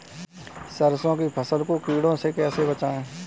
सरसों की फसल को कीड़ों से कैसे बचाएँ?